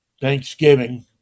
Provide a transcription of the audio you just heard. Thanksgiving